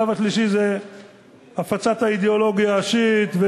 והשלב השלישי זה הפצת האידיאולוגיה השיעית,